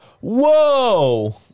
Whoa